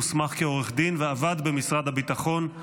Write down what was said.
הוסמך כעורך דין ועבד במשרד הביטחון,